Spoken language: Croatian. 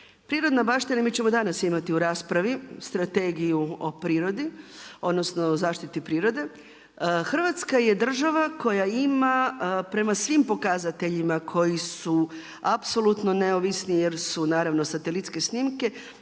Prirodna baština mi ćemo danas imati u raspravi Strategiju o prirodi, odnosno o zaštiti prirode. Hrvatska je država koja ima prema svim pokazateljima koji su apsolutno neovisni jer su naravno satelitske snimke